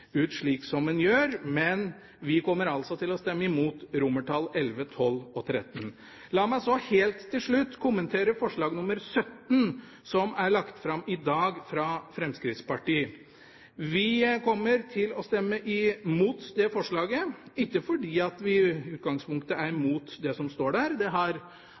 ut slik som den gjør, men vi kommer altså til å stemme imot XI, XII og XIII. La meg så helt til slutt kommentere forslag nr. 17, som er lagt fram i dag fra Fremskrittspartiet. Vi kommer til å stemme imot det forslaget, ikke fordi vi i utgangspunktet er imot det som står der.